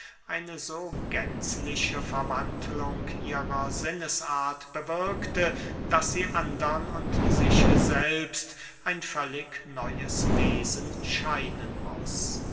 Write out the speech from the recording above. eine so gänzliche verwandlung ihrer sinnesart bewirkte daß sie andern und sich selbst ein völlig neues wesen scheinen muß